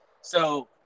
So-